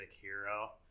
hero